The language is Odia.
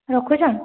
ରଖୁଛନ୍